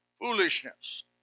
foolishness